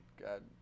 God